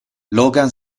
logan